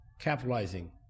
capitalizing